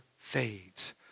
fades